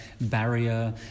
barrier